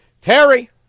Terry